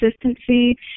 consistency